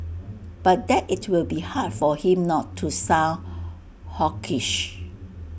but that IT will be hard for him not to sound hawkish